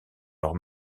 leurs